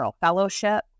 fellowship